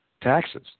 taxes